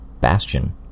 Bastion